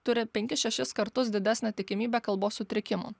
turi penkis šešis kartus didesnę tikimybę kalbos sutrikimų